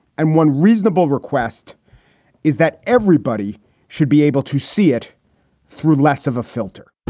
and one reasonable request is that everybody should be able to see it through less of a filter